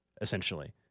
Essentially